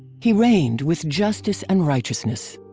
he reigned with justice and righteousness.